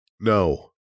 No